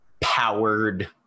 powered